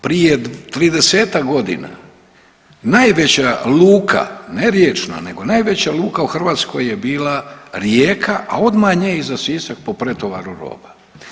Prije 30-ak godina najveća luka, ne riječna, nego najveća luka u Hrvatskoj je bila Rijeka, a onda nje iza Sisak po pretovaru roba.